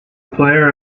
player